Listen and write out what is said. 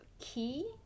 key